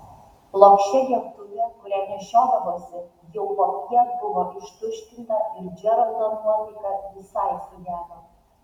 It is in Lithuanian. plokščia gertuvė kurią nešiodavosi jau popiet buvo ištuštinta ir džeraldo nuotaika visai sugedo